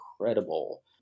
incredible